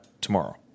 tomorrow